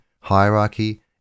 hierarchy